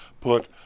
put